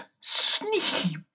Sneaky